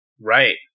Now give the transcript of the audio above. right